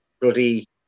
bloody